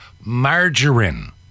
margarine